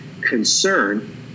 concern